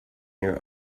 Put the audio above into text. your